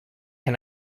can